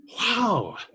wow